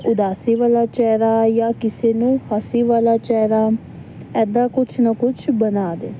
ਉਦਾਸੀ ਵਾਲਾ ਚਿਹਰਾ ਜਾਂ ਕਿਸੇ ਨੂੰ ਹੱਸੀ ਵਾਲਾ ਚਿਹਰਾ ਇੱਦਾਂ ਕੁਛ ਨਾ ਕੁਛ ਬਣਾ ਦੇ